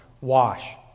wash